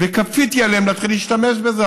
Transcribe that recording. וכפיתי עליהם להתחיל להשתמש בזה.